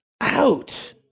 out